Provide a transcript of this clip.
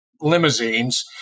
limousines